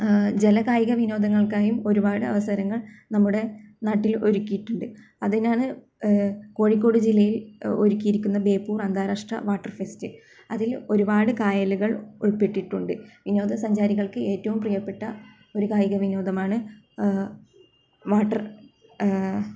ജല കായിക വിനോദങ്ങൾക്കായും ഒരുപാട് അവസരങ്ങൾ നമ്മുടെ നാട്ടിൽ ഒരുക്കിയിട്ടുണ്ട് അതിനാണ് കോഴിക്കോട് ജില്ലയിൽ ഒരുക്കിയിരിക്കുന്ന ബേപ്പൂർ അന്താരാഷ്ട്ര വാട്ടർ ഫെസ്റ്റ് അതിൽ ഒരുപാട് കായലുകൾ ഉൾപ്പെട്ടിട്ടുണ്ട് വിനോദസഞ്ചാരികൾക്ക് ഏറ്റവും പ്രിയപ്പെട്ട ഒരു കായിക വിനോദമാണ് വാട്ടർ